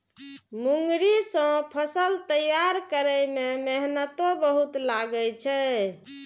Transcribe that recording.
मूंगरी सं फसल तैयार करै मे मेहनतो बहुत लागै छै